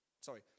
sorry